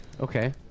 okay